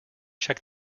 check